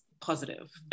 positive